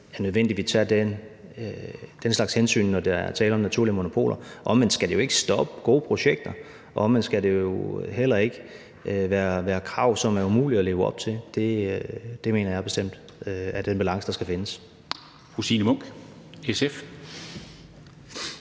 det er nødvendigt, at vi tager den slags hensyn, når der er tale om naturlige monopoler – og at det omvendt ikke skal stoppe gode projekter, og at det omvendt heller ikke skal være krav, som er umulige at leve op til. Det mener jeg bestemt er den balance, der skal findes.